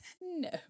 no